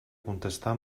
contestar